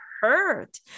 hurt